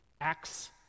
acts